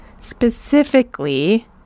specifically